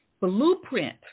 blueprint